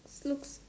looks